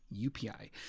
UPI